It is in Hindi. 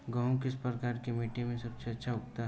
गेहूँ किस प्रकार की मिट्टी में सबसे अच्छा उगाया जाता है?